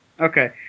Okay